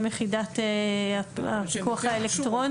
גם יחידת הפיקוח האלקטרוני.